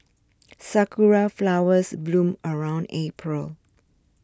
sakura flowers bloom around April